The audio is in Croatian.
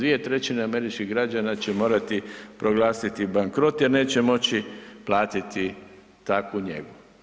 2/3 američkih građana će morati proglasiti bankrot jer neće moći platiti takvu njegu.